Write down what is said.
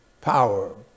power